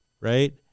right